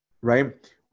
right